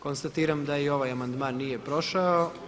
Konstatiram da i ovaj amandman nije prošao.